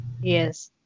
Yes